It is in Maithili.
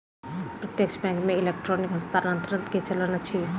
प्रत्यक्ष बैंक मे इलेक्ट्रॉनिक हस्तांतरण के चलन अछि